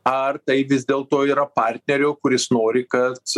ar tai vis dėlto yra partnerio kuris nori kad